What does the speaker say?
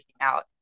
out